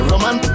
Roman